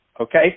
Okay